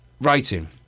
Writing